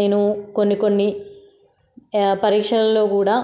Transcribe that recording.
నేను కొన్ని కొన్ని పరీక్షల్లో కూడా